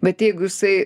bet jeigu jisai